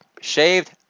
shaved